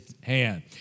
hand